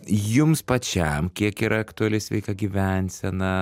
jums pačiam kiek yra aktuali sveika gyvensena